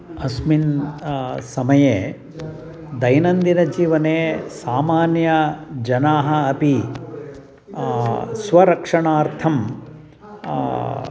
अस्मिन् समये दैनन्दिनजीवने सामान्यजनाः अपि स्वरक्षणार्थं